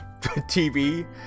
TV